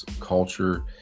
culture